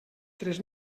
tres